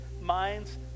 minds